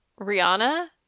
Rihanna